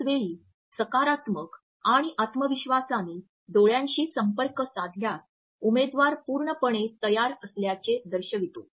त्याच वेळी सकारात्मक आणि आत्मविश्वासाने डोळ्यांशी संपर्क साधल्यास उमेदवार पूर्णपणे तयार असल्याचे दर्शवितो